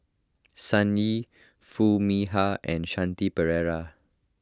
Sun Yee Foo Mee Har and Shanti Pereira